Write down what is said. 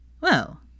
Well